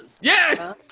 Yes